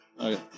Okay